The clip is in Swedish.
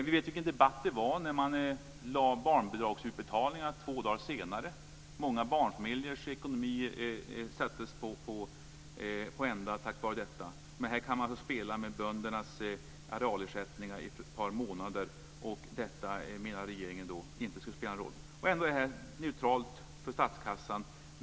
Vi vet vilken debatt det var när man lade barnbidragsutbetalningarna två dagar senare. Många barnfamiljers ekonomi sattes på ända på grund av detta. Men här kan man alltså spela med böndernas arealersättningar i ett par månader, och detta, menar regeringen, skulle inte spela någon roll. Ändå är det här neutralt för statskassan.